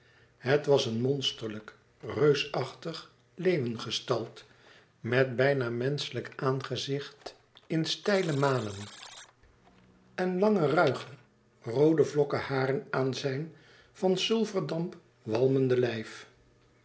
het was een monsterlijk reusachtige leeuwengestalt met bijna menschelijk aangezicht in steile manen en lange ruige roode vlokken haren aan zijn van sulferdamp walmende lijf